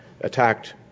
attacked